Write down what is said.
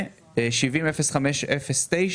תכנית 70-05-09,